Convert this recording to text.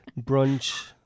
brunch